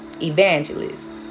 evangelist